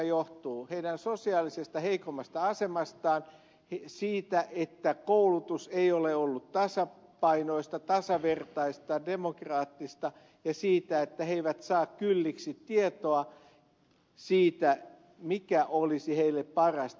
se johtuu heidän sosiaalisesta heikommasta asemastaan siitä että koulutus ei ole ollut tasapainoista tasavertaista demokraattista ja siitä että he eivät saa kylliksi tietoa siitä mikä olisi heille parasta